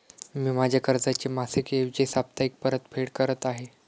मी माझ्या कर्जाची मासिक ऐवजी साप्ताहिक परतफेड करत आहे